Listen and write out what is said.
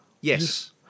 Yes